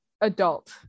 adult